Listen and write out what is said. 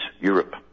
europe